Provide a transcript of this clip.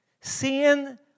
Seeing